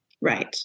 Right